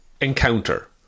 encounter